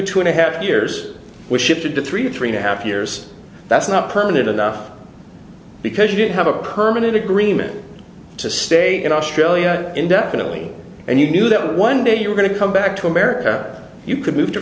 two and a half years was shifted to three treat a half years that's not permanent enough because you didn't have a permanent agreement to stay in australia indefinitely and you knew that one day you were going to come back to america you could move to